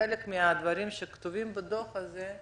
וחלק מהדברים שכתובים בדוח הזה,